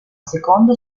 secondo